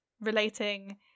relating